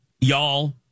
y'all